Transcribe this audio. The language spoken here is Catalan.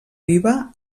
viva